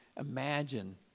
imagine